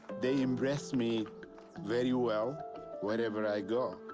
they embrace me very well wherever i go.